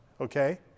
Okay